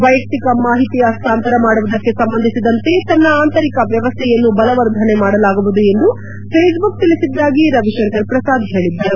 ವೈಯಕ್ತಿಕ ಮಾಹಿತಿ ಹಸ್ತಾಂತರ ಮಾಡುವುದಕ್ಕೆ ಸಂಬಂಧಿಸಿದಂತೆ ತನ್ನ ಆಂತರಿಕ ವ್ಯವಸ್ಥೆಯನ್ನು ಬಲವರ್ಧನೆ ಮಾಡಲಾಗುವುದು ಎಂದು ಫೇಸ್ಬುಕ್ ತಿಳಿಸಿದ್ದಾಗಿ ರವಿಶಂಕರ್ ಪ್ರಸಾದ್ ಹೇಳಿದ್ದರು